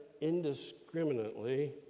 indiscriminately